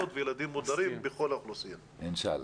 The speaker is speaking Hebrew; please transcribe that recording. וילדים מודרים בכל האוכלוסייה אינשאללה.